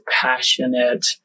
passionate